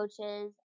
coaches